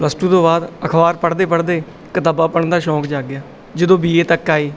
plus two ਤੋਂ ਬਾਅਦ ਅਖ਼ਬਾਰ ਪੜ੍ਹਦੇ ਪੜ੍ਹਦੇ ਕਿਤਾਬਾਂ ਪੜ੍ਹਨ ਦਾ ਸ਼ੌਂਕ ਜਾਗਿਆ ਜਦੋਂ ਬੀ ਏ ਤੱਕ ਆਏ